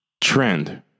trend